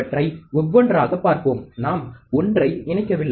அவற்றை ஒவ்வொன்றாகப் பார்ப்போம் நாம் 1 ஐ இணைக்கவில்லை